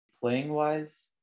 Playing-wise